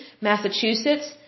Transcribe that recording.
Massachusetts